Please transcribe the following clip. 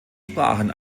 sprachen